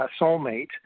soulmate